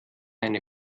eine